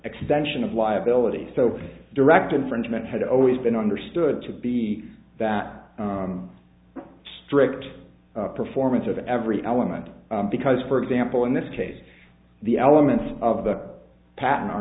extension of liability so direct infringement had always been understood to be that strict performance of every element because for example in this case the elements of the patent are